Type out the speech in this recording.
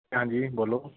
ਹਾਂਜੀ ਬੋਲੋ